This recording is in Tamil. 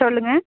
சொல்லுங்கள்